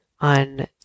on